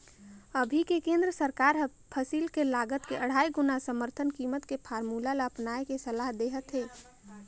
अभी के केन्द्र सरकार हर फसिल के लागत के अढ़ाई गुना समरथन कीमत के फारमुला ल अपनाए के सलाह देहत हे